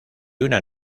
una